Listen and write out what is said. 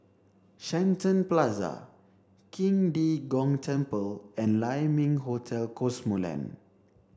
Shenton Plaza King De Gong Temple and Lai Ming Hotel Cosmoland